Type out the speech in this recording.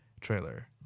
trailer